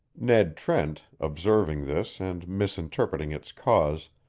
ned trent, observing this and misinterpreting its cause,